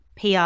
PR